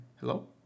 Hello